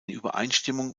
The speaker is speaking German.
übereinstimmung